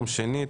יום שני,